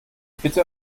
bitte